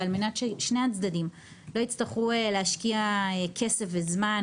ועל מנת ששני הצדדים לא יצטרכו להשקיע כסף וזמן